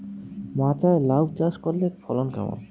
মাচায় লাউ চাষ করলে ফলন কেমন?